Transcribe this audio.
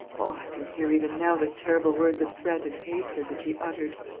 can hear even now the terrible words of threat and hatred which he uttered!